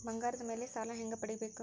ಬಂಗಾರದ ಮೇಲೆ ಸಾಲ ಹೆಂಗ ಪಡಿಬೇಕು?